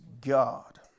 God